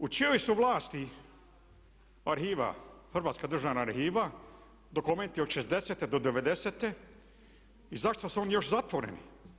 U čijoj su vlasti arhiva, Hrvatska državna arhiva, dokumenti od '60.-te do '90.-te i zašto su oni još zatvoreni?